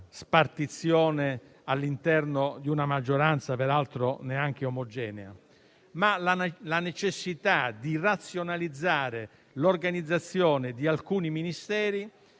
spartizione all'interno di una maggioranza, peraltro neanche omogenea, ma della necessità di razionalizzare l'organizzazione di alcuni Ministeri